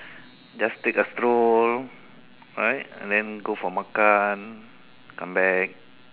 just take a stroll right and then go for makan come back